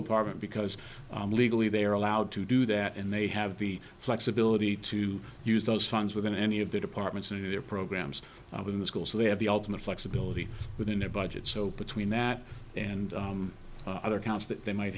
department because legally they are allowed to do that and they have the flexibility to use those funds within any of their departments and their programs within the school so they have the ultimate flexibility within their budget so between that and other counts that they might